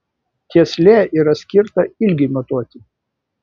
tieslė yra skirta ilgiui matuoti